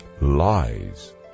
lies